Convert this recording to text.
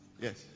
yes